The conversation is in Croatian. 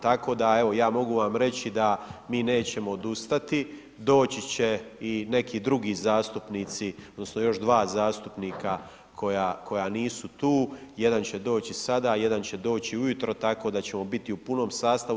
Tako da, evo ja mogu vam reći, da mi nećemo odustati, doći će i neki drugi zastupnici, odnosno, još 2 zastupnika koji nisu tu, jedan će doći sada, jedan će doći ujutro, tako da ćemo biti u punom sastavu.